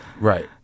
Right